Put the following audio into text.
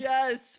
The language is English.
Yes